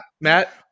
Matt